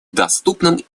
доступным